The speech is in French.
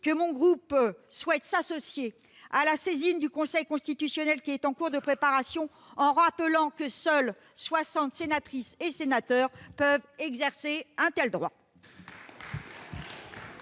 que mon groupe souhaite s'associer à la saisine du Conseil constitutionnel qui est en cours de préparation, en rappelant que soixante sénatrices et sénateurs peuvent exercer ce droit.